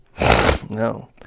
No